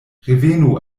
revenu